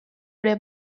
ere